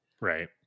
Right